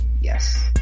Yes